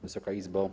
Wysoka Izbo!